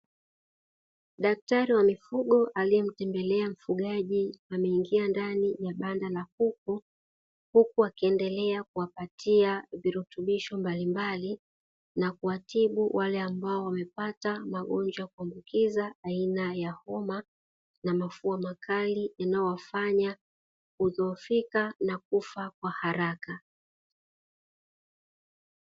Daktari wa mifugo aliyemtembelea mfugaji ameingia ndani ya banda la kuku, huku akiendelea kuwapatia virutubisho mbalimbali na kuwatibu wale ambao wamepata magonjwa ya kuambukiza aina ya homa na mafua makali yanayowafanya kudhoofika na kufa kwa haraka.